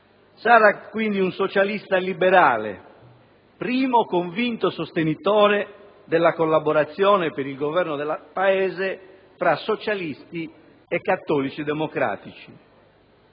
Saragat, quindi, un socialista liberale, primo convinto sostenitore della collaborazione, per il governo del Paese, tra socialisti e cattolici democratici.